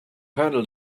handled